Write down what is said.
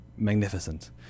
magnificent